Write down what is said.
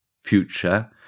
future